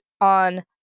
on